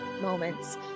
moments